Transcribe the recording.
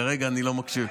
כרגע אני לא מקשיב.